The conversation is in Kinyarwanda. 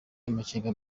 amakenga